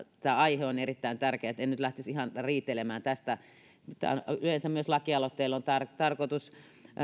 tämä aihe on erittäin tärkeä joten en nyt lähtisi ihan riitelemään tästä yleensä myös lakialoitteilla on tarkoitus